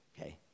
okay